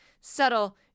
subtle